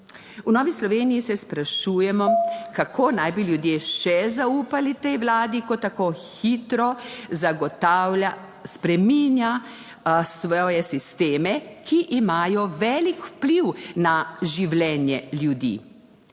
V Novi Sloveniji se sprašujemo, kako naj bi ljudje še zaupali tej Vladi, ko tako hitro zagotavlja, spreminja svoje sisteme, ki imajo velik vpliv na življenje ljudi.